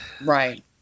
Right